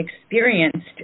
experienced